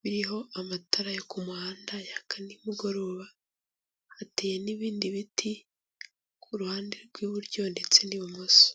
biriho amatara yo kumuhanda yaka ni mugoroba, hateye n'ibindi biti ku ruhande rw'iburyo ndetse n'ibumoso.